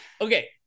okay